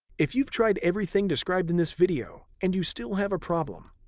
if you've tried everything described in this video and you still have a problem,